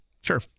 Sure